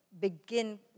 begin